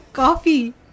coffee